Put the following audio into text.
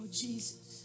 Jesus